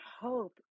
hope